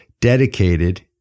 dedicated